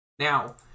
Now